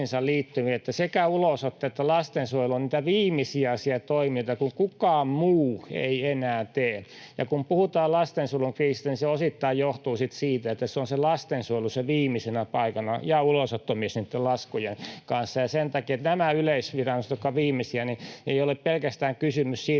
että sekä ulosotto että lastensuojelu ovat niitä viimesijaisia toimijoita, kun kukaan muu ei enää tee. Kun puhutaan lastensuojelun kriisistä, niin se osittain johtuu siitä, että lastensuojelu on viimeisenä paikkana ja ulosottomies niitten laskujen kanssa, ja sen takia näissä yleisviranomaisissa, jotka ovat viimeisiä, ei ole pelkästään kysymys siitä,